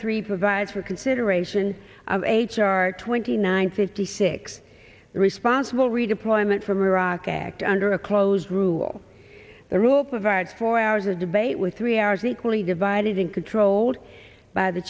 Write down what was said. three provides for consideration of h r twenty nine fifty six the responsible redeployment from iraq act under a close rule the rule provides for hours of debate with three hours equally divided in controlled by the